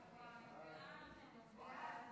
ההצעה להעביר את הצעת חוק להבטחת פיצוי לתושבי גבעת עמל,